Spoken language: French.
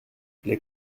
les